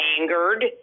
angered